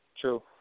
True